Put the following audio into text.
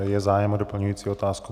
Je zájem o doplňující otázku?